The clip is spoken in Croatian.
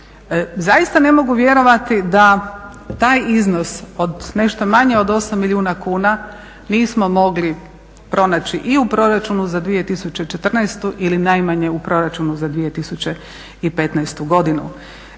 Zaista ne mogu vjerovati da taj iznos od nešto manje od 8 milijuna kuna nismo mogli pronaći i u proračunu za 2014. ili najmanje u proračunu za 2015. godinu